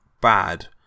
bad